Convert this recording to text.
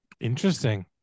Interesting